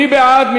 מי בעד?